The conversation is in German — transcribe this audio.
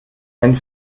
ein